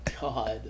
God